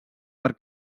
per